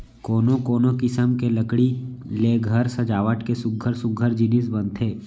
कोनो कोनो किसम के लकड़ी ले घर सजावट के सुग्घर सुग्घर जिनिस बनथे